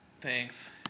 thanks